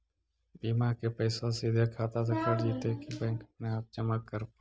बिमा के पैसा सिधे खाता से कट जितै कि बैंक आके जमा करे पड़तै?